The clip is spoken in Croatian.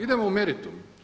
Idemo u meritum.